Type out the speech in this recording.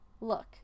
Look